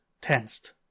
tensed